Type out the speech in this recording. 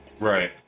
Right